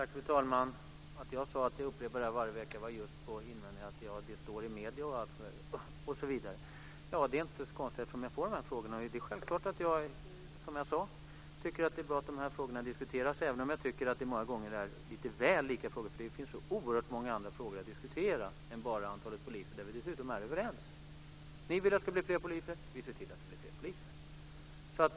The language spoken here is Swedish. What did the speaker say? Fru talman! Att jag sade att jag upprepar det här varje vecka berodde just på invändningen att det står i medierna osv. Ja, det är inte så konstigt eftersom jag får de här frågorna. Självklart tycker jag, som jag sade, att det är bra att de här frågorna diskuteras, även om jag tycker att det många gånger är lite väl lika frågor. Det finns så oerhört många andra frågor att diskutera än bara antalet poliser, där vi ju dessutom är överens. Ni vill att det ska bli fler poliser - vi ser till att det blir fler poliser.